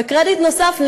וקרדיט נוסף,